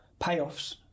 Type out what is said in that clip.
payoffs